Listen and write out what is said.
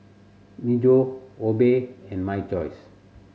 Myojo Obey and My Choice